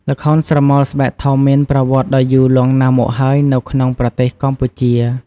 ល្ខោនស្រមោលស្បែកធំមានប្រវត្តិដ៏យូរលង់ណាស់មកហើយនៅក្នុងប្រទេសកម្ពុជា។